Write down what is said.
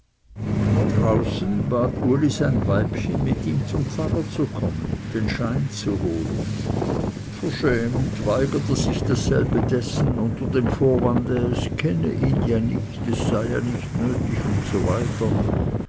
draußen bat uli sein weibchen mit ihm zum pfarrer zu kommen den schein zu holen verschämt weigerte sich dasselbe dessen unter dem vorwande es kenne ihn nicht es sei ja nicht nötig usw